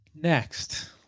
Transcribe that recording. Next